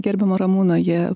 gerbiamo ramūno jie